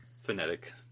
phonetic